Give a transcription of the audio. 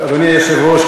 אדוני היושב-ראש,